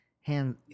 hands